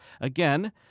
Again